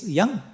young